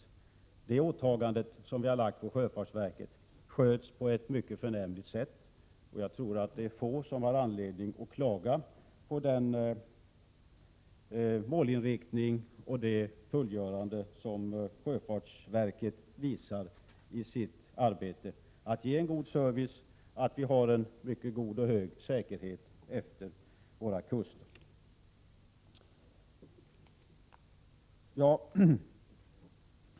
De åtaganden som vi har lagt på sjöfartsverket sköts på ett mycket förnämligt sätt, och jag tror att det är få som har anledning att klaga på målinriktningen eller på sjöfartsverkets sätt att sköta sitt arbete. Verket ger god service, och vi har en mycket hög säkerhet efter våra kuster.